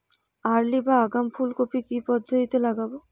Early বা আগাম ফুল কপি কি পদ্ধতিতে লাগাবো?